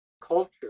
culture